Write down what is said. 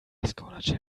scholarship